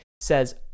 says